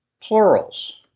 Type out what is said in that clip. plurals